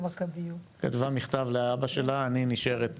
כתבה מכתב לאבא שלה אני נשארת